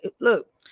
look